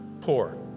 poor